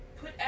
put